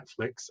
Netflix